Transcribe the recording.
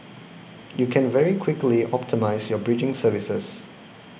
you can very quickly optimise your bridging services